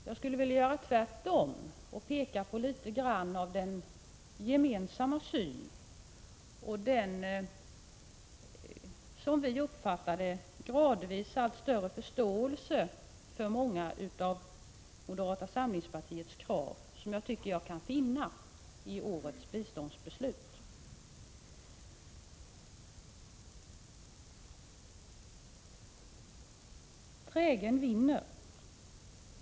Jag skulle vilja göra tvärtom och litet grand peka på den gemensamma synen och den, som vi uppfattar det, gradvis allt större förståelsen för många av moderata samlingspartiets krav, en förståelse som jag tycker att jag kan finna i årets biståndsförslag. Trägen vinner.